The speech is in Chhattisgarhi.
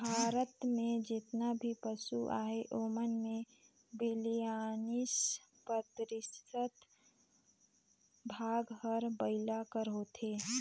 भारत में जेतना भी पसु अहें ओमन में बियालीस परतिसत भाग हर बइला कर होथे